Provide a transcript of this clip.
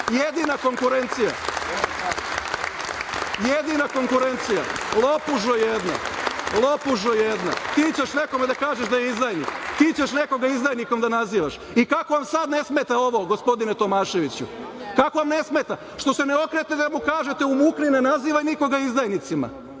Jedina si konkurencija ovom drugom. Lopužo jedna! Ti ćeš nekome da kaže da je izdajnik? Ti ćeš nekoga izdajnikom da nazivaš? Kako vam sada ne smeta ovo, gospodine Tomaševiću? Kako vam ne smeta? Što se ne okrenete da mu kažete – umukni, ne nazivaj nikoga izdajnicima?(Nenad